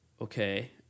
okay